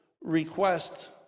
request